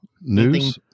News